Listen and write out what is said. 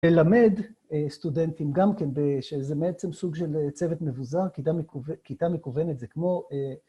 ללמד סטודנטים, גם כן, שזה בעצם סוג של צוות מבוזר, כיתה מקוונת זה כמו...